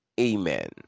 amen